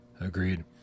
agreed